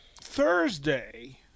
Thursday